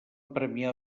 premià